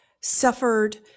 suffered